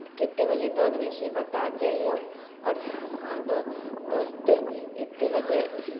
तऽ कतेक बजे दै देबै से बता जइऔ आओर हाँ दऽ दोस्त एतेक बजे